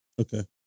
Okay